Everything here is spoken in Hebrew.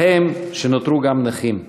ובהם שנותרו גם נכים.